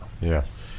Yes